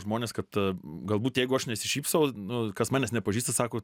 žmonės kad galbūt jeigu aš nesišypsau nu kas manęs nepažįsta sako